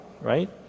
Right